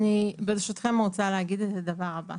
המנהלת